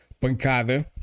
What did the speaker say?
Pancada